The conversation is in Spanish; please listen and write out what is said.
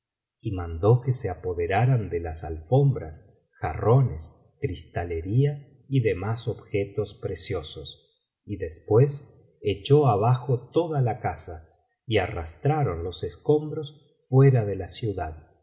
y mandó que se apoderaran de las alfombras jarrones cristalería y demás objetos preciosos y después echó abajo toda la casa y arrastraron los escombros fuera de la ciudad